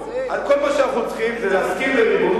כל מה שאנחנו צריכים זה להסכים לריבונות